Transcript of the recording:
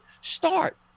start